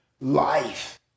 life